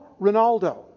Ronaldo